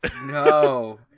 No